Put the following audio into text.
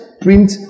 print